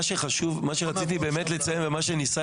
מה שרציתי לציין ומה שגם איתי ניסה